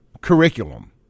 curriculum